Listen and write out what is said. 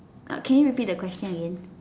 can you repeat that question again